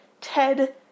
Ted